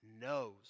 knows